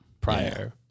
prior